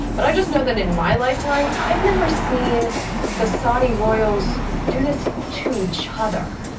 but i just know that in my lifetime i've never seen the saudi royals do this to each other.